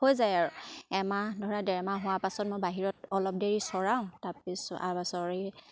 হৈ যায় আৰু এমাহ ধৰা দেৰমাহ হোৱাৰ পাছত মই বাহিৰত অলপ দেৰি চৰাওঁ